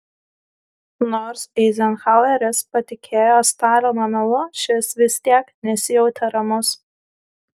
nors eizenhaueris patikėjo stalino melu šis vis tiek nesijautė ramus